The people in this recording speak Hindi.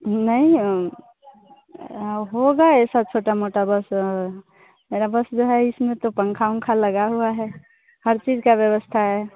नहीं होगा ऐसी छोटी मोटी बस मेरी बस जो है इसमें तो पंखा उंखा लगा हुआ है हर चीज़ की व्यवस्था है